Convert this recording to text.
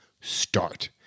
start